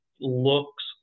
looks